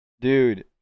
dude